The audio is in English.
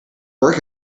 work